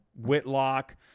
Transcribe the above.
Whitlock